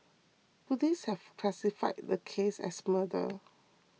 police have classified the case as murder